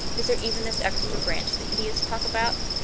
is there even this extra branch the idiots talked about?